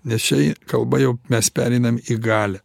nes čia ei kalba jau mes pereinam į galią